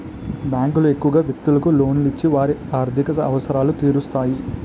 బ్యాంకులు ఎక్కువగా వ్యక్తులకు లోన్లు ఇచ్చి వారి ఆర్థిక అవసరాలు తీరుస్తాయి